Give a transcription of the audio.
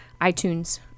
iTunes